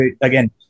again